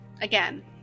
again